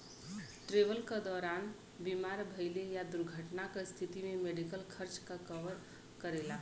travel क दौरान बीमार भइले या दुर्घटना क स्थिति में मेडिकल खर्च क कवर करेला